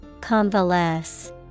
Convalesce